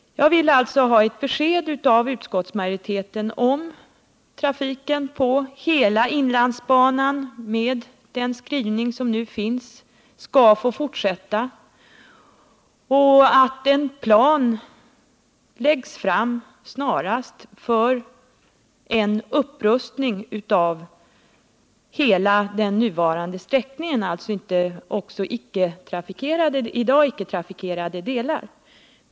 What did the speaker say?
Jag vill alltså ha ett besked av utskottsmajoriteten, om trafiken på hela inlandsbanan med den skrivning som nu finns skall få fortsätta. Jag vill också att en plan snarast läggs fram för en upprustning av hela den nuvarande sträckningen, alltså också av i dag icke trafikerade avsnitt.